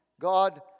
God